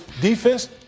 defense